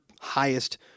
highest